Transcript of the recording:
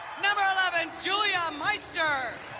number eleven, julia meister